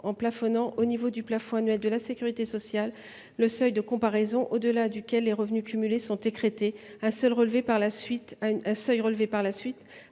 en plafonnant, au niveau du plafond annuel de la sécurité sociale (Pass), le seuil de comparaison au delà duquel les revenus cumulés sont écrêtés. Ce seuil a par la suite